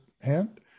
hand